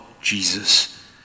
jesus